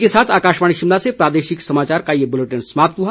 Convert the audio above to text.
इसी के साथ आकाशवाणी शिमला से प्रादेशिक समाचार का ये बुलेटिन समाप्त हुआ